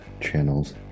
channels